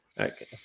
Okay